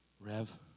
Rev